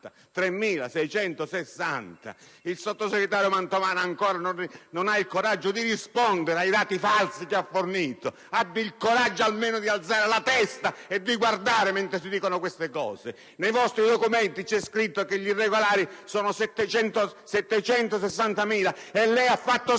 Il sottosegretario Mantovano non ha il coraggio di rispondere sui dati falsi che ha fornito! Abbia il coraggio almeno di alzare la testa e di guardare mentre si dicono queste cose! Nei vostri documenti è scritto che gli irregolari sono 760.000 e lei ha fatto scrivere